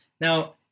Now